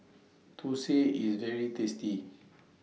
Thosai IS very tasty